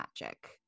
magic